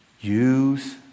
use